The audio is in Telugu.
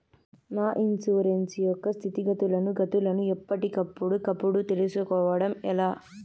నా ఇన్సూరెన్సు యొక్క స్థితిగతులను గతులను ఎప్పటికప్పుడు కప్పుడు తెలుస్కోవడం ఎలా?